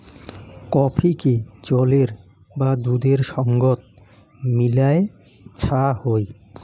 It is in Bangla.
কফিকে জলের বা দুধের সঙ্গত মিলায় ছা হই